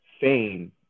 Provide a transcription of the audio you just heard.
fame